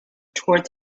towards